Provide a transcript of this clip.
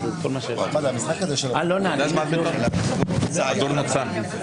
חקירה כלכלית זה דבר שאורך הרבה מאוד זמן.